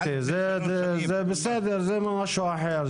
זה משהו אחר.